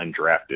undrafted